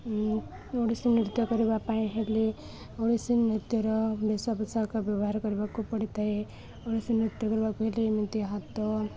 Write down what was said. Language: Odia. ଓଡ଼ିଶୀ ନୃତ୍ୟ କରିବା ପାଇଁ ହେଲେ ଓଡ଼ିଶୀ ନୃତ୍ୟର ବେଶପୋଷାକ ବ୍ୟବହାର କରିବାକୁ ପଡ଼ିଥାଏ ଓଡ଼ିଶୀ ନୃତ୍ୟ କରିବାକୁ ହେଲେ ଏମିତି ହାତ